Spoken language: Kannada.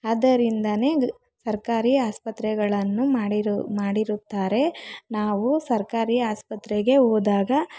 ಆದ್ದರಿಂದನೇ ಸರ್ಕಾರಿ ಆಸ್ಪತ್ರೆಗಳನ್ನು ಮಾಡಿರು ಮಾಡಿರುತ್ತಾರೆ ನಾವು ಸರ್ಕಾರಿ ಆಸ್ಪತ್ರೆಗೆ ಹೋದಾಗ